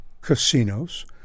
casinos